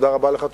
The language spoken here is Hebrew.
תודה רבה לך.